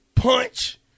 Punch